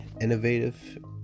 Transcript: innovative